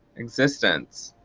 existence.